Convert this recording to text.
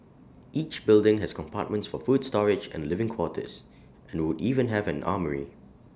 each building has compartments for food storage and living quarters and would even have an armoury